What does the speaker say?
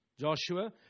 Joshua